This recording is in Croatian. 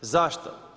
Zašto?